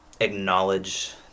acknowledge